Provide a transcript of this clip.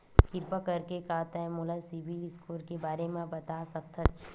किरपा करके का तै मोला सीबिल स्कोर के बारे माँ बता सकथस?